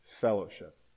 fellowship